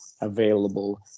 available